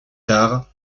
tard